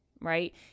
right